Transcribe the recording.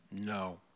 No